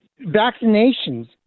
vaccinations